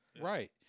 Right